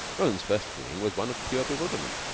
roland's first feeling was one of pure bewilderment.